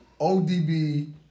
ODB